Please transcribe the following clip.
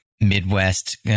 Midwest